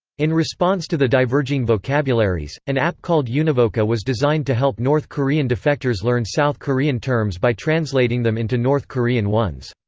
in response to the diverging vocabularies, an app called univoca was designed help north korean defectors learn south korean terms by translating them into north korean ones.